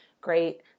great